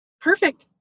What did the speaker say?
Perfect